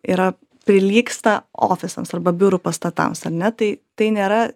yra prilygsta ofisams arba biurų pastatams ar ne tai tai nėra